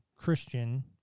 Christian